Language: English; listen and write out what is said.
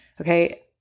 Okay